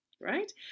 Right